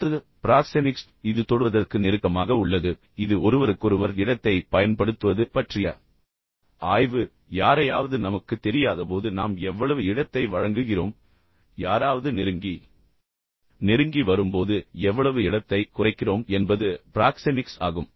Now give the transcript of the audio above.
அடுத்தது ப்ராக்ஸெமிக்ஸ் இது தொடுவதற்கு நெருக்கமாக உள்ளது இது ஒருவருக்கொருவர் இடத்தைப் பயன்படுத்துவது பற்றிய ஆய்வு யாரையாவது நமக்குத் தெரியாதபோது நாம் எவ்வளவு இடத்தை வழங்குகிறோம் யாராவது நெருங்கி நெருங்கி வரும்போது எவ்வளவு இடத்தை குறைக்கிறோம் என்பது ப்ராக்ஸெமிக்ஸ் ஆகும்